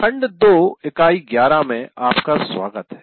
खंड 2 इकाई 11 में आपका स्वागत है